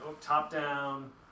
top-down